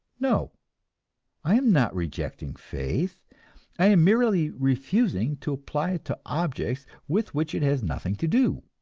no i am not rejecting faith i am merely refusing to apply it to objects with which it has nothing to do.